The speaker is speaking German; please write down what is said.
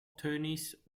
tönnies